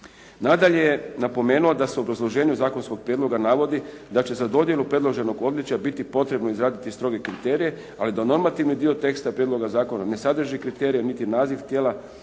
Nadalje je napomenu da su u obrazloženju zakonskog prijedloga navodi, da će za dodjelu predloženog odličja biti potrebno izraditi stroge kriterije, ali da normativni dio teksta prijedloga zakona ne sadrži kriterije niti naziv tijela